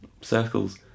Circles